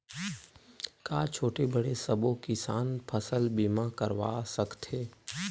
का छोटे बड़े सबो किसान फसल बीमा करवा सकथे?